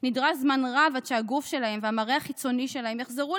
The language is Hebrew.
נדרש זמן רב עד שהגוף שלהם והמראה החיצוני שלהם יחזרו